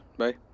bye